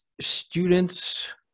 students